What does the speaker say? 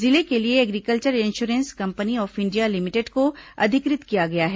जिले के लिए agriculture insurance company of India limited को अधिकृत किया गया है